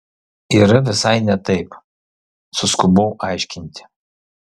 yra visai ne taip suskubau aiškinti